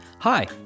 Hi